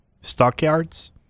stockyards